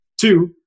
Two